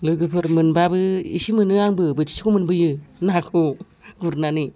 लोगोफोर मोनबाबो इसे मोनो आंबो बोथिसेखौ मोनबोयो नाखौ गुरनानै